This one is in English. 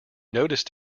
noticed